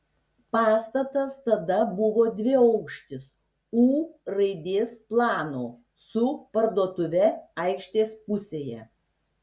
pastatas tada buvo dviaukštis u raidės plano su parduotuve aikštės pusėje